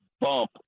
bump